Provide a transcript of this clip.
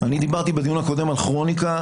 אני דיברתי בדיון הקודם על כרוניקה,